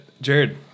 Jared